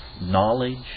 knowledge